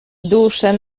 dusze